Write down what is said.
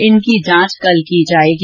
इनकी जांच कल की जाएगी